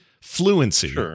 fluency